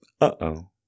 Uh-oh